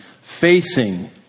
facing